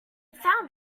found